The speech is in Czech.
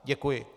Děkuji.